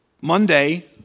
Monday